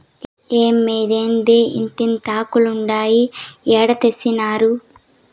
ఏమ్మే, ఏందిదే ఇంతింతాకులుండాయి ఏడ తెచ్చినారు